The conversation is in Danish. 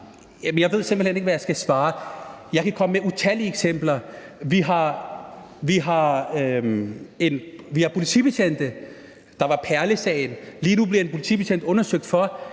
Jeg ved simpelt hen ikke, hvad jeg skal svare. Jeg kan komme med utallige eksempler. Vi har politibetjente – der var perlesagen. Lige nu bliver en politibetjent undersøgt for